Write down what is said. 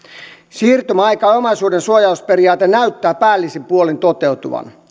siirtymäaika ja omaisuudensuojausperiaate näyttävät päällisin puolin toteutuvan